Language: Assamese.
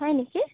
হয় নেকি